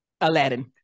Aladdin